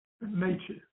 nature